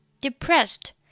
Depressed